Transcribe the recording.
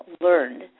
learned